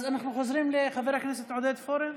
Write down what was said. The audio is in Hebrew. אז אנחנו חוזרים לחבר הכנסת עודד פורר.